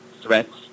threats